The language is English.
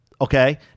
Okay